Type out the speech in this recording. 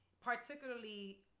particularly